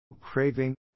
craving